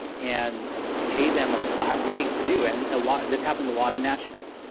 and pay them a flat rate to do and a lot. this happens a lot in nashville,